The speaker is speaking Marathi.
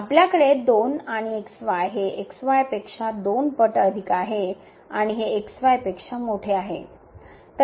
तर आपल्याकडे 2 आणि xy हे xy पेक्षा 2 पट अधिक आहे आणि हे xy पेक्षा मोठे आहे